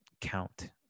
count